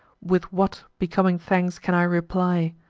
with what becoming thanks can i reply?